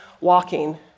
walking